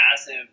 massive